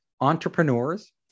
entrepreneurs